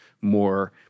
more